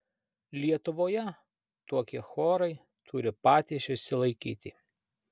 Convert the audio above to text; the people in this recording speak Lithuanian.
lietuvoje tokie chorai turi patys išsilaikyti